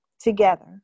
together